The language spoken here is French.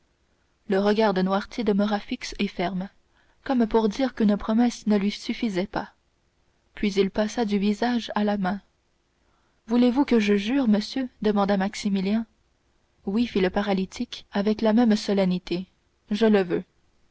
le regard de noirtier demeura fixe et ferme comme pour dire qu'une promesse ne lui suffisait pas puis il passa du visage à la main voulez-vous que je jure monsieur demanda maximilien oui fit le paralytique avec la même solennité je le veux